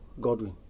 Godwin